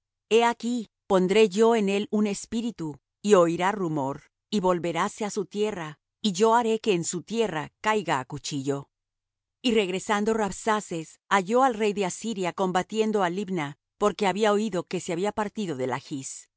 he aquí pondré yo en él un espíritu y oirá rumor y volveráse á su tierra y yo haré que en su tierra caiga á cuchillo y regresando rabsaces halló al rey de asiria combatiendo á libna porque había oído que se había partido de lachs